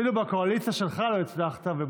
אפילו בקואליציה שלך לא הצלחת.